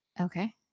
Okay